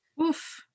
Oof